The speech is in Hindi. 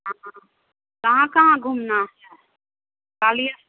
हाँ कहाँ कहाँ घूमना है ग्वालियर